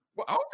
Okay